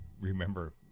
remember